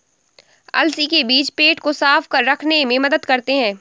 अलसी के बीज पेट को साफ़ रखने में मदद करते है